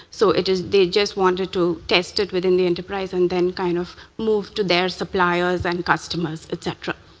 so it is they just wanted to test it within the enterprise and then kind of move to their suppliers and customers, et cetera.